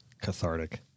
cathartic